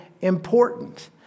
important